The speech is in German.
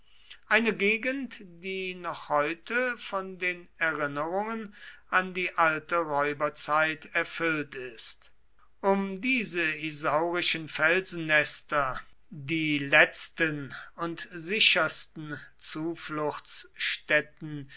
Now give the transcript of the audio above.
eine gegend die noch heute von den erinnerungen an die alte räuberzeit erfüllt ist um diese isaurischen felsennester die letzten und sichersten zufluchtsstätten